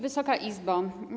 Wysoka Izbo!